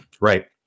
right